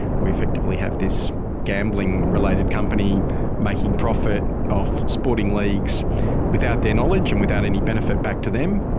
we effectively have this gambling-related company making profit off sporting leagues without their knowledge and without any benefit back to them.